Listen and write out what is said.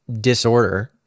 disorder